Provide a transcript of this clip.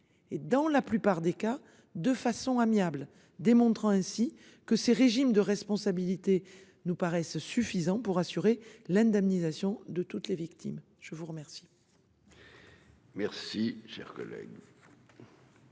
et dans la plupart des cas de façon amiable démontrant ainsi que ces régimes de responsabilités nous paraissent suffisants pour assurer l'indemnisation de toutes les victimes. Je vous remercie.